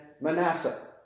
Manasseh